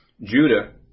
Judah